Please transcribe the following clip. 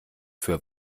für